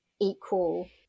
equal